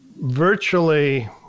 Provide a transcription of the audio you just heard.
virtually